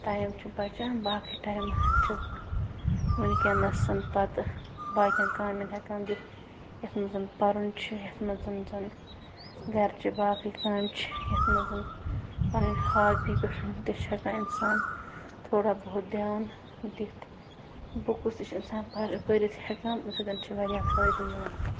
time چھِ بچان باقٕے ٹایِمہٕ ہَن چھَس بہٕ وٕنۍکٮ۪نَس پتہٕ باقِیَن کامٮ۪ن ہٮ۪کان دِتھ یَتھ منٛز پَرُن چھِ یَتھ منٛز زَنہٕ گَرچہِ باقٕے کامہِ چھِ یَتھ منٛز پَنٕنۍ ہابی پٮ۪ٹھ تہِ چھِ ہٮ۪کان اِنسان تھوڑا بہت دھیان دِتھ بُکٕس تہِ چھِ اِنسان پَرٕ پٔرِتھ ہٮ۪کان اَمۍ سۭتۍ چھِ واریاہ فٲیِدٕ یِوان